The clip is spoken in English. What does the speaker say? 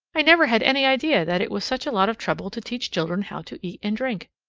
i never had any idea that it was such a lot of trouble to teach children how to eat and drink.